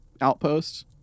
outposts